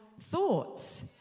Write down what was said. thoughts